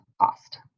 cost